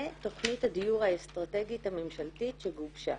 לתכנית הדיור האסטרטגית הממשלתית שגובשה.